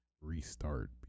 restart